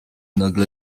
nagle